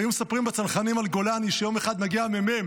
היו מספרים בצנחנים על גולני שיום אחד מגיע המ"מ